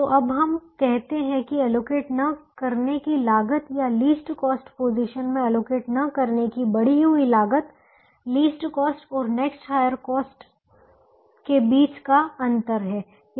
तो अब हम कहते हैं कि एलोकेट न करने की लागत या लीस्ट कॉस्ट पोजीशन में एलोकेट न करने की बढ़ी हुई लागत लीस्ट कॉस्ट और नेक्स्ट हायर कॉस्ट अगली उच्च लागत के बीच का अंतर है